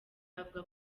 avuga